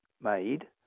made